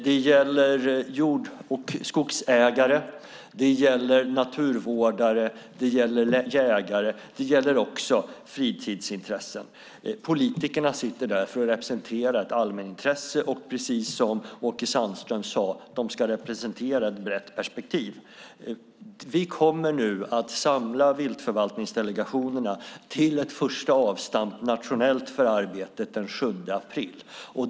Det gäller jord och skogsägare. Det gäller naturvårdare. Det gäller jägare. Det gäller också fritidsintressen. Politikerna sitter där för att representera ett allmänintresse, och precis som Åke Sandström sade ska de representera ett brett perspektiv. Vi kommer nu att samla viltförvaltningsdelegationerna till ett första avstamp nationellt för arbetet den 7 april.